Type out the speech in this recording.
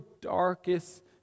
darkest